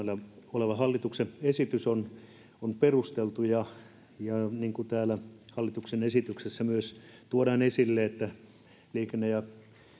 oleva hallituksen esitys on perusteltu ja niin kuin täällä hallituksen esityksessä myös tuodaan esille liikenne ja